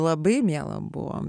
labai miela buvo